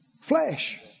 Flesh